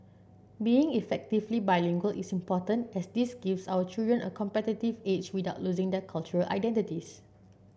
being effectively bilingual is important as this gives our children a competitive edge without losing their cultural identities